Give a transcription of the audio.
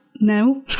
No